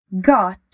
got